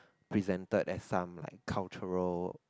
presented as some like cultural